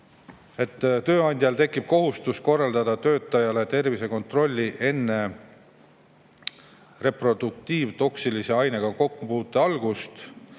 Tööandjal tekib kohustus korraldada töötajale tervisekontrolli enne reproduktiivtoksilise ainega kokkupuute algust.